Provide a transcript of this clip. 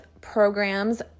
programs